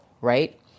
Right